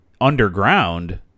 underground